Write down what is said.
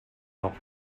noch